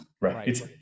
Right